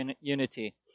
unity